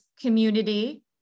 community